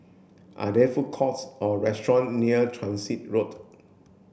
are there food courts or restaurants near Transit Road